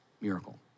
miracle